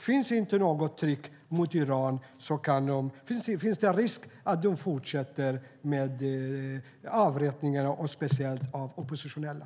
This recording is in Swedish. Finns det inget tryck på Iran finns risken att de fortsätter med avrättningar, speciellt av oppositionella.